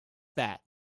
that